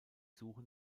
suche